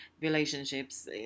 relationships